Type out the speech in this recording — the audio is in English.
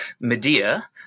Medea